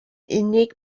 unig